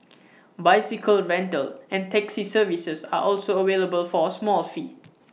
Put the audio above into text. bicycle rental and taxi services are also available for A small fee